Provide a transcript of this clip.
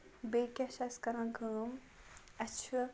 بیٚیہِ کیٛاہ چھِ أسۍ کران کٲم اَسہِ چھُ